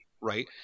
right